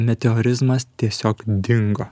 meteorizmas tiesiog dingo